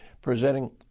presenting